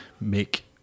make